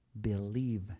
believe